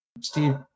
Steve